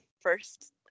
first